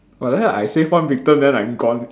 but then I save one victim then I gone